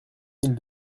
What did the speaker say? mille